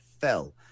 fell